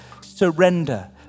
surrender